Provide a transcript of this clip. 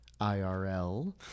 irl